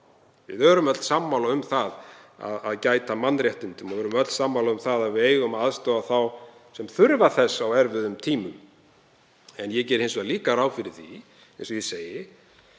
Við erum öll sammála um að gæta að mannréttindum og við erum öll sammála um að við eigum að aðstoða þá sem þurfa það á erfiðum tímum. En ég geri hins vegar líka ráð fyrir því að við séum